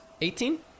Eighteen